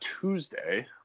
Tuesday